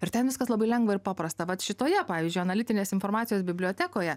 ir ten viskas labai lengva ir paprasta vat šitoje pavyzdžiui analitinės informacijos bibliotekoje